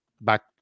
back